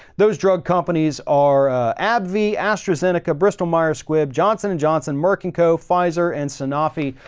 those drug companies are a abbvie, astrazeneca bristol myers squibb, johnson and johnson, merkin co, pfizer and sanofi,